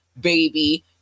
baby